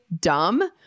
dumb